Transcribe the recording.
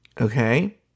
okay